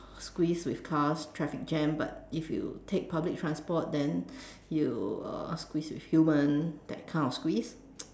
squeeze with cars traffic jam but if you take public transport then you uh squeeze with human that kind of squeeze